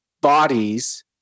bodies